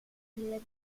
till